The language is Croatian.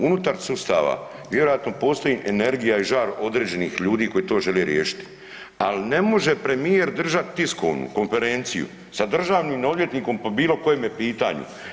Unutar sustava vjerojatno postoji energija i žar određenih ljudi koji to žele riješiti, ali ne može premijer držat tiskovnu konferenciju sa državnim odvjetnikom po bilo kojem pitanju.